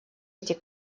эти